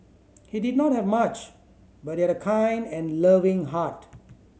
he did not have much but he had a kind and loving heart